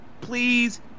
please